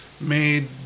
made